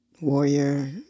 warrior